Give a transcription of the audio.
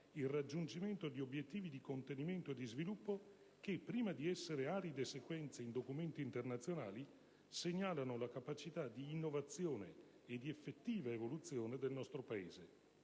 al raggiungimento di obbiettivi di contenimento e di sviluppo, che - prima di essere aride sequenze in documenti internazionali - segnalano la capacità di innovazione e di effettiva evoluzione del nostro Paese.